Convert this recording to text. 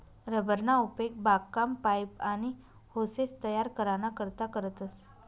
rubber ना उपेग बागकाम, पाइप, आनी होसेस तयार कराना करता करतस